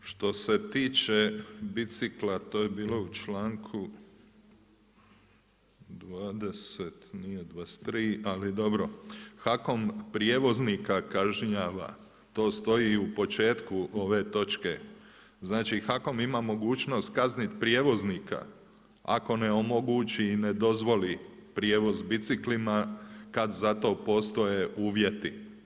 Što se tiče bicikla, to je bilo u članku 23., HAKOM prijevoznika kažnjava, to stoji u početku ove točke, znači HAKOM ima mogućnost kazniti prijevoznika ako ne omogući i ne dozvoli prijevoz biciklima kad za to postoje uvjeti.